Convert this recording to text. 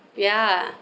ya